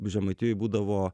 žemaitijoj būdavo